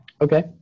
Okay